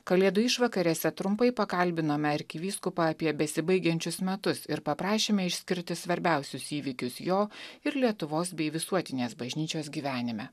kalėdų išvakarėse trumpai pakalbinome arkivyskupą apie besibaigiančius metus ir paprašėme išskirti svarbiausius įvykius jo ir lietuvos bei visuotinės bažnyčios gyvenime